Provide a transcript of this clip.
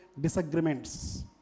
disagreements